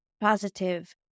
positive